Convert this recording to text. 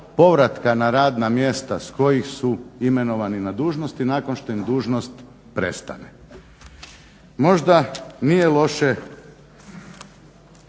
povratka na radna mjesta s kojih su imenovani na dužnosti i nakon što im dužnost prestane. Možda nije loše